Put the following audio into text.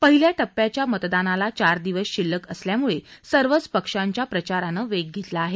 पहिल्या टप्प्याच्या मतदानाला चार दिवस शिल्लक असल्यामुळे सर्वच पक्षांच्या प्रचारानं वेग घेतला आहे